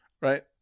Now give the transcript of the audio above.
right